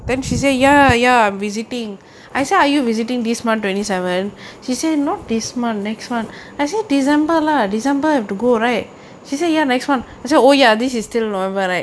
then she say ya ya visiting I said are you visiting this month twenty seven he says not this month next month as in december last december have to go right she say ya next [one] is you oh ya this is still long very ya